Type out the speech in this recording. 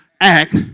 act